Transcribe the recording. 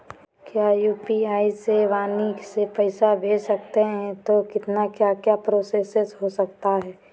क्या यू.पी.आई से वाणी से पैसा भेज सकते हैं तो कितना क्या क्या प्रोसेस हो सकता है?